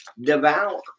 devour